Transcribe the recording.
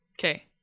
Okay